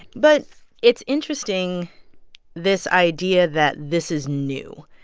but it's interesting this idea that this is new,